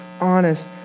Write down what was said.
honest